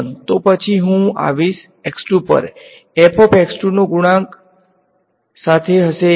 fx1 તો પછી હું આવીશ x2 પર fx2 તેના ગુણાંક સાથે હશે